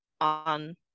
on